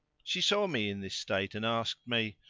she saw me in this state and asked me,